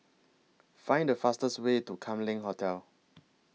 Find The fastest Way to Kam Leng Hotel